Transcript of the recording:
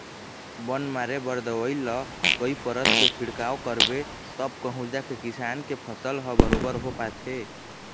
बन मारे बर दवई ल कई परत के छिड़काव करबे तब कहूँ जाके किसान के फसल ह बरोबर हो पाथे